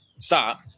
stop